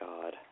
God